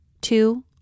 Two